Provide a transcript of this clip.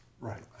Right